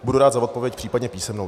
Budu rád za odpověď, případně písemnou.